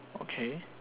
okay